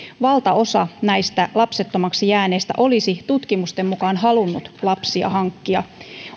valtaosa näistä lapsettomaksi jääneistä olisi tutkimusten mukaan halunnut lapsia hankkia